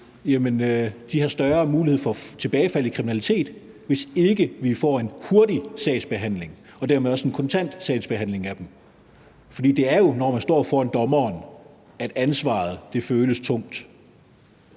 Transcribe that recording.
år har større risiko for tilbagefald i kriminalitet, hvis ikke vi får en hurtig og dermed også kontant sagsbehandling af dem. Det er jo nemlig, når man står foran dommeren, at ansvaret føles tungt.